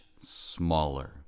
smaller